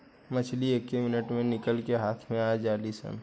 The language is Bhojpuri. मछली एके मिनट मे निकल के हाथ मे आ जालीसन